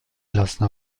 lassen